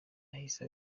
yahise